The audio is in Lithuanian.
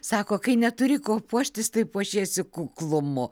sako kai neturi kuo puoštis tai puošiesi kuklumu